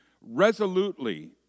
resolutely